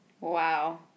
Wow